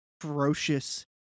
ferocious